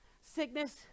sickness